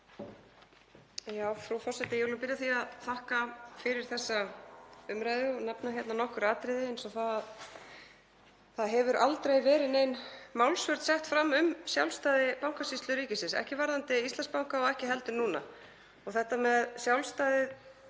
Frú forseti. Ég vil nú byrja á því að þakka fyrir þessa umræðu og nefna hérna nokkur atriði. Það hefur aldrei verið nein málsvörn sett fram um sjálfstæði Bankasýslu ríkisins, ekki varðandi Íslandsbanka og ekki heldur núna. Þetta með sjálfstæðið